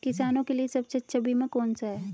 किसानों के लिए सबसे अच्छा बीमा कौन सा है?